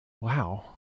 Wow